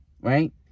right